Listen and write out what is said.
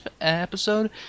episode